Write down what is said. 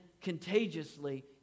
contagiously